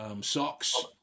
socks